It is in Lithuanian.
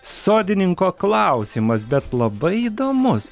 sodininko klausimas bet labai įdomus